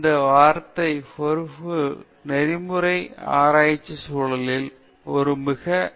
இந்த வார்த்தை பொறுப்பு நெறிமுறை ஆராய்ச்சி சூழலில் ஒரு மிக பரந்த பொருள் உள்ளது